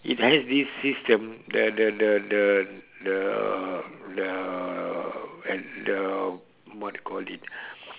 it has this system the the the the the the the what do you call it